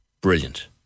Brilliant